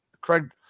Craig –